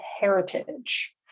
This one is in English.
heritage